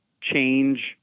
change